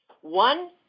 One